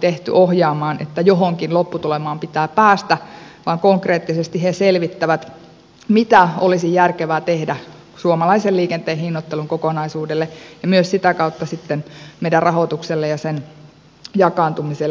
tehty ohjaamaan että johonkin lopputulemaan pitää päästä vaan konkreettisesti he selvittävät mitä olisi järkevää tehdä suomalaisen liikenteen hinnoittelun kokonaisuudelle ja myös sitä kautta sitten meidän rahoituksellemme ja sen jakaantumiselle tasapuolisesti